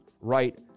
right